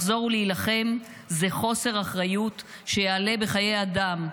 לחזור ולהילחם זה חוסר אחריות שיעלה בחיי אדם,